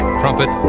trumpet